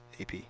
AP